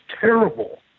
terrible